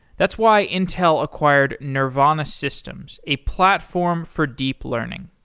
that's why intel acquired nervana systems, a platform for deep learning.